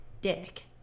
dick